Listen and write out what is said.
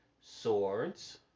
Swords